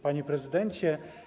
Panie Prezydencie!